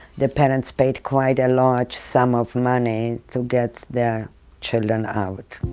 the parents paid quite a large sum of money to get their children out.